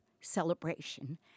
celebration